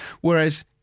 whereas